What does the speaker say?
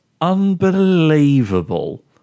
unbelievable